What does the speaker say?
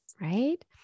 right